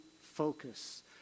focus